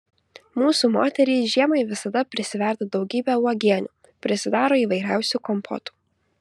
mūsų moterys žiemai visada prisiverda daugybę uogienių prisidaro įvairiausių kompotų